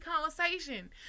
conversation